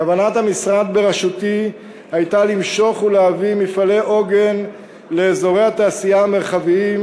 כוונת המשרד בראשותי הייתה למשוך ולהביא לאזורי התעשייה המרחביים